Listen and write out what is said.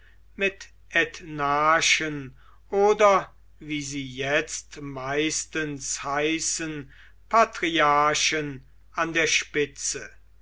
mit ethnarchen oder wie sie jetzt meistens heißen patriarchen an der spitze